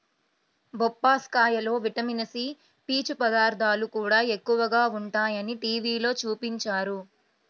బొప్పాస్కాయలో vitamin C, పీచు పదార్థాలు కూడా ఎక్కువగా ఉంటయ్యని టీవీలో చూపించారు